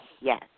yes